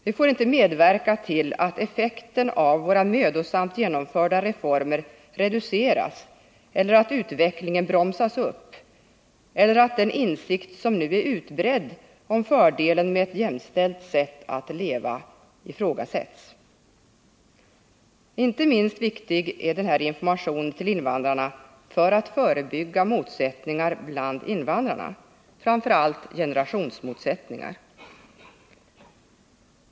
Vi får inte medverka till att effekten av våra mödosamt genomförda reformer reduceras eller att utvecklingen bromsas upp eller att den insikt som nu är utbredd om fördelen med ett jämställt sätt att leva ifrågasätts. Inte minst viktig är en sådan här information till invandrarna för att förebygga motsättningar bland invandrarna, framför allt generationsmotsättningar.